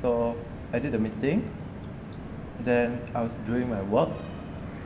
so added the meeting then I was doing my work and then